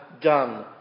done